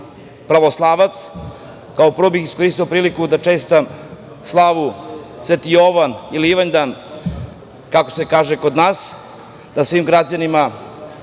pravoslavac, iskoristio bih priliku da čestitam slavu Sveti Jovan ili Ivanjdan, kako se kaže kod nas, svim građanima